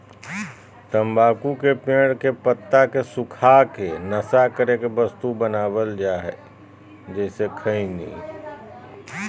तम्बाकू के पेड़ के पत्ता के सुखा के नशा करे के वस्तु बनाल जा हइ